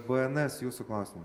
bns jūsų klausimai